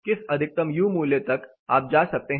किस अधिकतम यू मूल्य तक आप जा सकते हैं